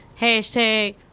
hashtag